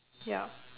ya